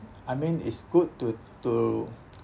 I mean it's good to to